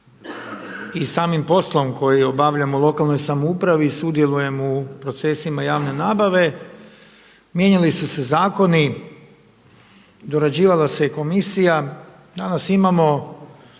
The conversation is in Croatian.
i samim poslom koji obavljam u lokalnoj samoupravi sudjelujem u procesima javne nabave, mijenjali su se zakoni, dorađivala se komisija, danas imamo